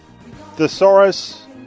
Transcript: Thesaurus